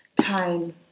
time